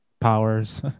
powers